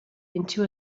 into